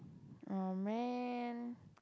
oh man